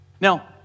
Now